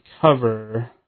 cover